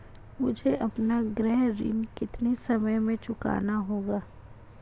मुझे अपना गृह ऋण कितने समय में चुकाना होगा?